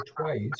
twice